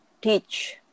teach